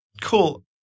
Cool